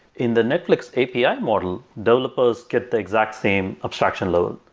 in the netflix api ah model, developers kept the exact same abstraction load.